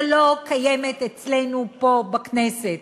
שלא קיימת אצלנו פה בכנסת.